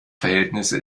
verhältnisse